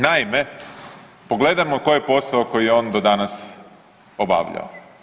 Naime, pogledajmo koji je posao koji je on do danas obavljao.